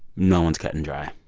no one's cut and dry.